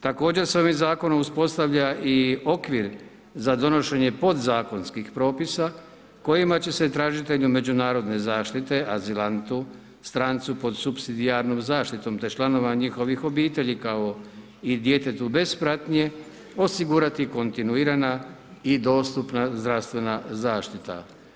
Također se ovim zakonom uspostavlja i okvir za donošenje podzakonskih propisa kojima će se tražitelju međunarodne zaštite, azilantu, strancu pod supsidijarnom zaštitom, te članova njihovih obitelji kao i djetetu bez pratnje osigurati kontinuirana i dostupna zdravstvena zaštita.